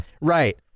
right